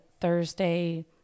Thursday